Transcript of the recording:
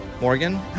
Morgan